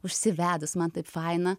užsivedus man taip faina